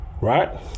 right